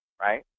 right